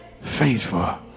faithful